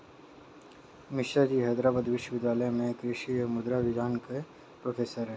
मिश्राजी हैदराबाद विश्वविद्यालय में कृषि और मृदा विज्ञान के प्रोफेसर हैं